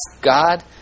God